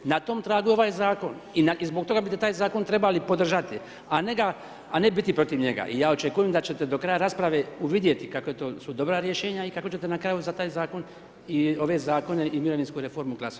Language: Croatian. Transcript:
Na tom tragu je ovaj zakon i zbog toga bite taj zakon trebali podržati, a ne ga, a ne biti protiv njega i ja očekujem da ćete do kraja rasprave uvidjeti kako to su dobra rješenja i kako ćete na kraju za taj zakon i ove zakone i mirovinsku reformu glasovati.